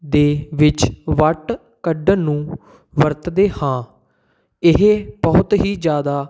ਦੇ ਵਿੱਚ ਵੱਟ ਕੱਢਣ ਨੂੰ ਵਰਤਦੇ ਹਾਂ ਇਹ ਬਹੁਤ ਹੀ ਜ਼ਿਆਦਾ